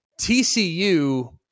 TCU